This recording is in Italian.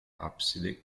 abside